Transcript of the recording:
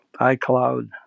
iCloud